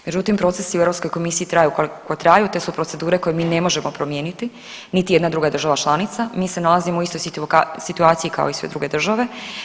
Međutim, procesi u Europskoj komisiji traju koliko traju, te su procedure koje mi ne možemo promijeniti, niti jedna druga država članica mi se nalazimo u istoj situaciji kao i sve druge države.